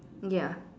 ya